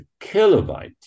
kilobyte